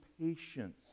patience